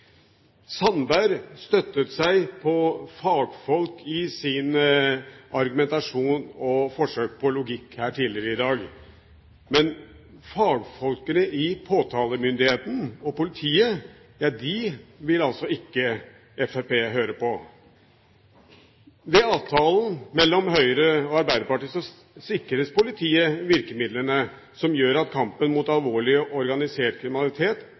Sandberg støttet seg på fagfolk i sin argumentasjon og i sitt forsøk på logikk her tidligere i dag, men fagfolkene i påtalemyndigheten og politiet vil altså ikke Fremskrittspartiet høre på. Ved avtalen mellom Høyre og Arbeiderpartiet sikres politiet virkemidlene som gjør at alvorlig organisert kriminalitet,